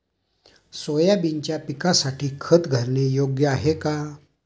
सोयाबीनच्या पिकासाठी खत घालणे योग्य आहे का?